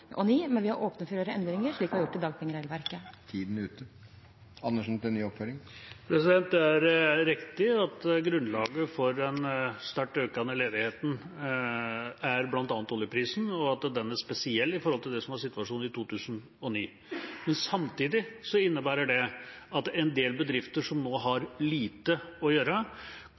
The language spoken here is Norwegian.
men vi er åpne for å gjøre endringer i tilknytning til dagpengeregelverket. Det er riktig at grunnlaget for den sterkt økende ledigheten er bl.a. oljeprisen, og at den er spesiell i forhold til det som var situasjonen i 2009. Men samtidig innebærer det at en del bedrifter som nå har lite å gjøre,